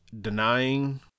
denying